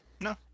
No